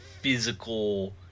physical